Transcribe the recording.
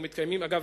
אגב,